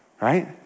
Right